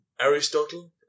Aristotle